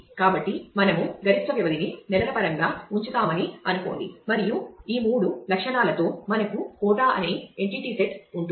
కాబట్టి మనము గరిష్ట వ్యవధిని నెలల పరంగా ఉంచుతామని అనుకోండి మరియు ఈ మూడు లక్షణాలతో మనకు కోటా అనే ఎంటిటీ సెట్ ఉంటుంది